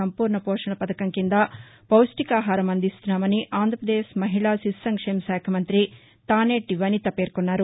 సంపూర్ణ పోషణ పథకం కింద పౌష్టికాహారం అందిస్తున్నామని అంధ్రప్రదేశ్ మహిళా శిశు సంక్షేమశాఖ మంఁతి తానేటి వనిత పేర్కొన్నారు